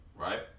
Right